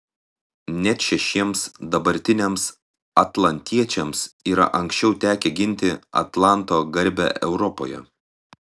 net šešiems dabartiniams atlantiečiams yra anksčiau tekę ginti atlanto garbę europoje